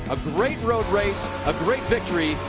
a great road race. a great victory.